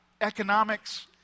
economics